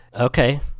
Okay